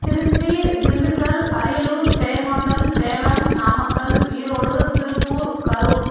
Trichy Dindigul Ariyalur Jayankondam Salem Namakkal Erode Tiruppur Karur